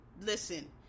listen